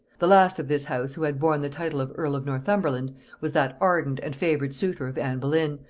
the last of this house who had borne the title of earl of northumberland was that ardent and favored suitor of anne boleyn,